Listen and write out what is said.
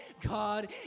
God